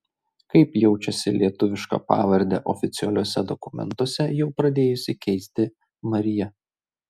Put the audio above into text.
kaip jaučiasi lietuvišką pavardę oficialiuose dokumentuose jau pradėjusi keisti marija